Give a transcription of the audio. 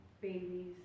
babies